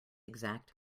exact